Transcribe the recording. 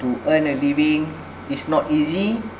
to earn a living is not easy